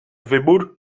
wybór